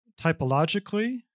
typologically